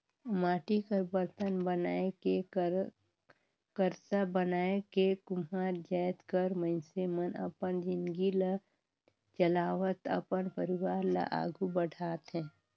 माटी कर बरतन बनाए के करसा बनाए के कुम्हार जाएत कर मइनसे मन अपन जिनगी ल चलावत अपन परिवार ल आघु बढ़ाथे